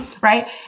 Right